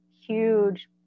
huge